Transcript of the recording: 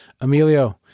Emilio